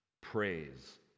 Praise